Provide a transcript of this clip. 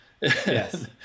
Yes